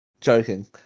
Joking